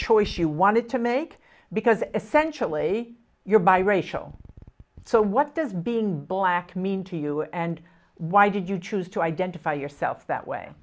choice you wanted to make because essentially you're biracial so what does being black mean to you and why did you choose to identify yourself that way